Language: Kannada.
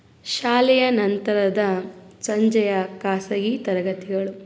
ಶಾಲೆಯ ನಂತರದ ಸಂಜೆಯ ಖಾಸಗಿ ತರಗತಿಗಳು